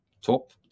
top